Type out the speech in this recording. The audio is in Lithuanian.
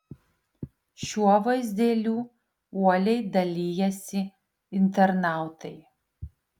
šiuo vaizdeliu uoliai dalijasi internautai